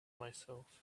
myself